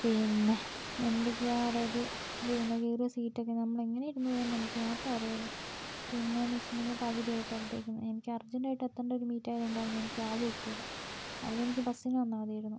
പിന്നെ എന്തൊക്കെയാണ് അതായത് വീണുകീറിയ സീറ്റൊക്കെ നമ്മൾ എങ്ങനെയാണ് ഇരുന്ന് പോയതെന്ന് നമുക്ക് മാത്രമേ അറിയുള്ളൂ പിന്നേന്ന് വെച്ചിട്ടുണ്ടെങ്കിൽ പകുതി ആയപ്പഴുത്തേക്കും എനിക്ക് അർജെൻറ്റ് ആയിട്ട് എത്തേണ്ട ഒരു മീറ്റ് ആയതുകൊണ്ടാണ് ഞാൻ ക്യാബ് ബുക്ക് ചെയ്തത് അല്ലെങ്കിൽ എനിക്ക് ബസ്സിൽ വന്നാൽ മതിയായിരുന്നു